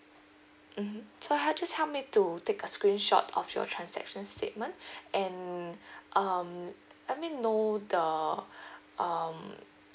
mmhmm so hel~ just help me to take a screenshot of your transaction statement and um let me know the um